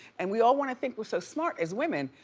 and we all wanna think we're so smart as women,